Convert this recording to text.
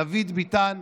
דוד ביטן,